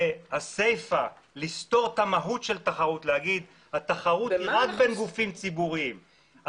ובסיפא להגיד שהתחרות היא רק בין גופים ציבוריים,